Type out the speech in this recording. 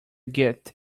git